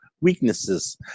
weaknesses